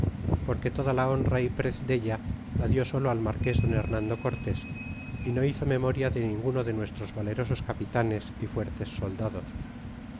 porque toda la honra y prez della la dió solo al marques don hernando cortés é no hizo memoria de ninguno de nuestros valerosos capitanes y fuertes soldados